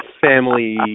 family